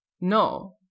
no